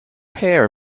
hair